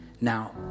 Now